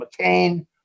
McCain